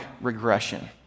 regression